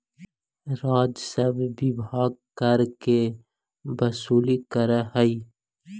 राजस्व विभाग कर के वसूली करऽ हई